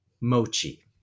mochi